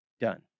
done